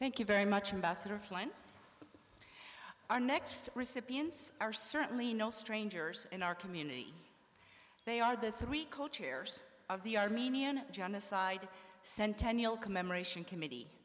thank you very much ambassador flynn our next recipients are certainly no strangers in our community they are the three co chairs of the armenian genocide centennial commemoration committee